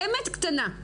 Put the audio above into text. באמת קטנה,